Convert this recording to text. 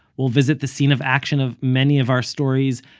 we'll visit the scene of action of many of our stories,